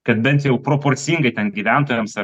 kad bent jau proporcingai ten gyventojams ar